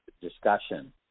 discussion